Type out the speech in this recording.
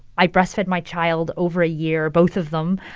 i breastfed my child over a year, both of them.